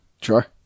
Sure